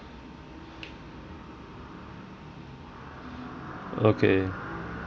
okay